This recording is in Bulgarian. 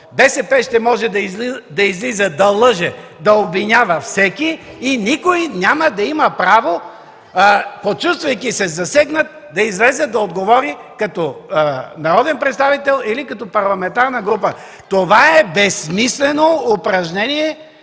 БСП ще може да излиза да лъже, да обвинява всеки и никой няма да има право, чувствайки се засегнат, да излезе и да отговори, като народен представител или като парламентарна група. Това е безсмислено упражнение